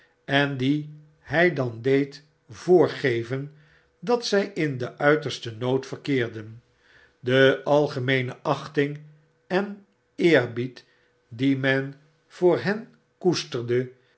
en die hy dan deed voorgeven dat zy in den uitersten nood verkeerden de algemeene achting en eerbied die men voor hen koesterde